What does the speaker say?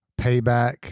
payback